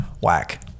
Whack